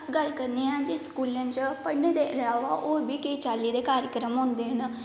अस गल्ल करने आं जे स्कूले च पढ़ने दे अलावा होर बी केईं चाल्ली दे कार्यक्रम होंदे न